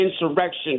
insurrection